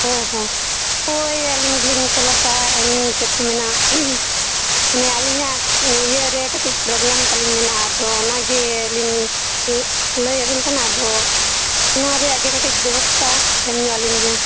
ᱚ ᱦᱚᱸ ᱦᱳᱭ ᱟᱹᱞᱤᱧ ᱜᱮᱞᱤᱧ ᱠᱚᱞᱟᱠᱟᱫᱼᱟ ᱪᱮᱫ ᱠᱚ ᱢᱮᱱᱟ ᱢᱟᱱᱮ ᱟᱹᱞᱤᱧᱟᱜ ᱤᱭᱟᱹ ᱨᱮ ᱠᱟᱹᱴᱤᱡ ᱯᱨᱳᱵᱮᱞᱮᱢ ᱛᱟᱹᱞᱤᱧ ᱢᱮᱱᱟᱜᱼᱟ ᱟᱫᱚ ᱚᱱᱟ ᱜᱮᱞᱤᱧ ᱞᱟᱹᱭᱟᱵᱮᱱ ᱠᱟᱱᱟ ᱟᱫᱚ ᱚᱱᱟᱨᱮᱭᱟᱜ ᱜᱮ ᱠᱟᱹᱴᱤᱡ ᱵᱮᱵᱚᱥᱛᱟ ᱮᱢ ᱧᱚᱜ ᱟᱹᱞᱤᱧ ᱵᱮᱱ